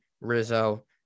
Rizzo